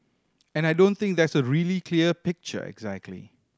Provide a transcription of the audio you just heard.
and I don't think there's a really clear picture exactly